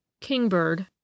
Kingbird